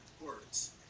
words